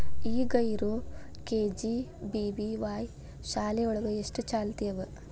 ಈಗ ಇರೋ ಕೆ.ಜಿ.ಬಿ.ವಿ.ವಾಯ್ ಶಾಲೆ ಒಳಗ ಎಷ್ಟ ಚಾಲ್ತಿ ಅವ?